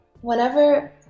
whenever